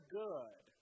good